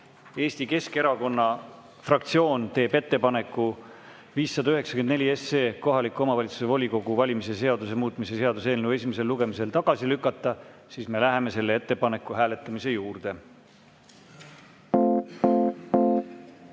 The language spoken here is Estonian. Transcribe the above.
Eesti Keskerakonna fraktsioon on teinud ettepaneku 594 SE ehk kohaliku omavalitsuse volikogu valimise seaduse muutmise seaduse eelnõu esimesel lugemisel tagasi lükata, siis me läheme selle ettepaneku hääletamise juurde.